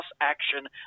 action